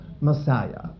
Messiah